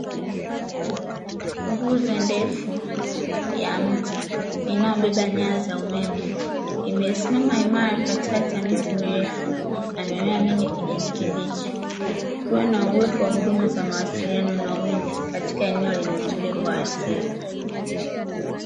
Nguzo ndefu ya mti inayobeba nyaya za umeme, imesimama imara katikati ya miti mirefu na mimea mingi ya kijani kibichi, ikiwa na uwepo wa huduma za mawasiliano na umeme katika eneo lenye utulivu wa asili.